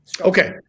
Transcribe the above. Okay